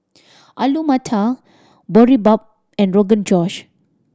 Alu Matar Boribap and Rogan Josh